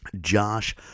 Josh